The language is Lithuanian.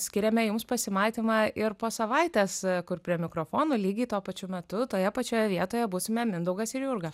skiriame jums pasimatymą ir po savaitės kur prie mikrofono lygiai tuo pačiu metu toje pačioje vietoje būsime mindaugas ir jurga